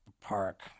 park